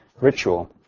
ritual